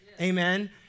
Amen